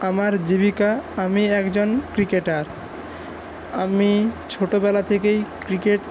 আমার জীবিকা আমি একজন ক্রিকেটার আমি ছোটবেলা থেকেই ক্রিকেট